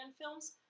films